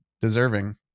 deserving